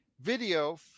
video